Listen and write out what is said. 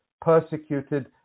persecuted